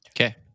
Okay